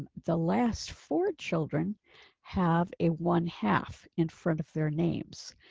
the last four children have a one half in front of their names.